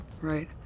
Right